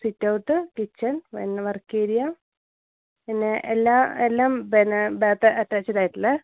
sit out kitchen പിന്നെ work area പിന്നെ എല്ലാം എല്ലാം പിന്നെ ബേത്ത് അറ്റാച്ച്ഡായിട്ടുള്ള